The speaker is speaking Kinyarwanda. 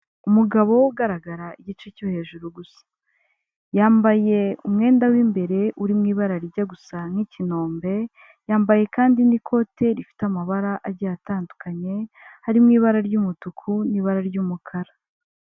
Umugabo ugaragara igice cyo hejuru gusa, yambaye umwenda w'imbere uri mu ibara rijya rijya gusa n'ikinombe, yambaye kandi n'ikote rifite amabara agiye atandukanye, harimo ibara ry'umutuku n'ibara ry'umukara.